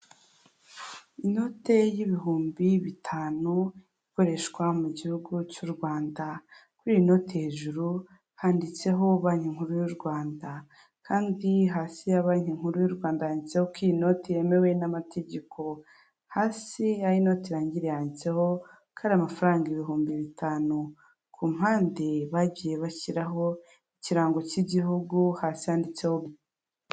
Inote y'ibihumbi bitanu ikoreshwa mu gihugu cy'u Rwanda, kuri iyi note hejuru handitseho banki nkuru y' u Rwanda, kandi hasi ya banki nkuru y'u rwanda yanditseho ko inote yemewe n'amategeko, hasi yaho inote irangira handitseho ko ari amafaranga ibihumbi bitanu ku mpande bagiye bashyiraho ikirango cy'igihugu hacditseho.